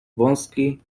wąski